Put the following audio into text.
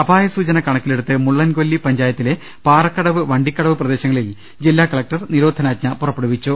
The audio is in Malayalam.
അപായസൂചന കണക്കിലെടുത്ത് മുള്ളൻകൊല്ലി പഞ്ചായത്തിലെ പാറക്കടവ് വണ്ടിക്കടവ് പ്രദേശങ്ങളിൽ ജില്ലാക ലക്ടർ നിരോധനാജ്ഞ പുറപ്പെടുവിച്ചു